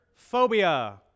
phobia